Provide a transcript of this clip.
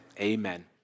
amen